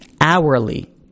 hourly